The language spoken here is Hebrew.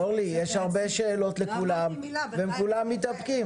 אורלי, לכולם יש הרבה שאלות וכולם מתאפקים.